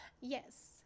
yes